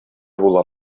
булам